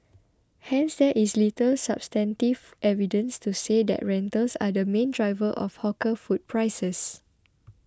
hence there is little substantive evidence to say that rentals are the main driver of hawker food prices